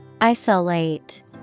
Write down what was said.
Isolate